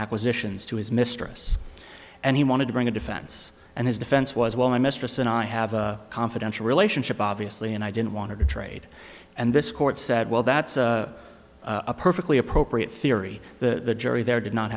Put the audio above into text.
acquisitions to his mistress and he wanted to bring a defense and his defense was well my mistress and i have a confidential relationship obviously and i didn't want to trade and this court said well that's a perfectly appropriate theory the jury there did not